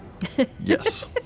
Yes